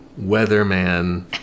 weatherman